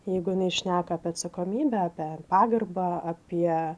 jeigu jinai šneka apie atsakomybę apie pagarbą apie